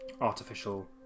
Artificial